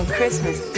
Christmas